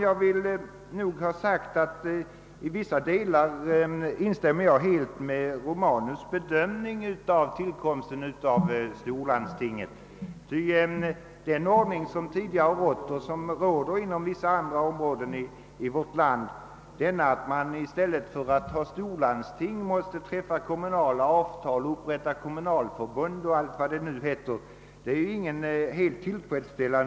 Jag vill gärna ha sagt att jag i vissa delar instämmer helt med herr Romanus” bedömning av tillkomsten av storlandstinget, ty den ordning som tidigare rått och som råder inom vissa andra områden i vårt land är inte tillfredsställande ur demokratisk synpunkt. I stället för att ha ett storlandsting måste man träffa kommunala avtal och upprätta kommunalförbund m.m.